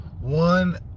one